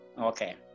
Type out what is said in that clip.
okay